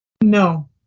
No